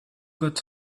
got